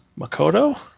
Makoto